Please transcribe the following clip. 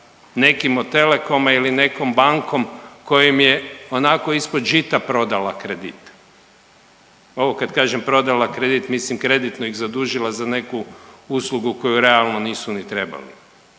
nekim od telekoma ili nekom bankom koja im je onako ispod žita prodala kredit. Ovo kad kažem prodala kredit mislim kreditno ih zadužila za neku uslugu koju realno nisu ni trebali.